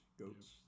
goats